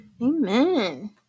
Amen